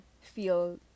feel